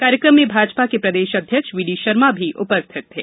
कार्यकम में भाजपा के प्रदेश अध्यक्ष वीडी शर्मा भी उपस्थित थे